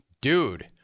dude